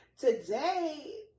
today